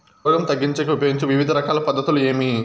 రోగం తగ్గించేకి ఉపయోగించే వివిధ రకాల పద్ధతులు ఏమి?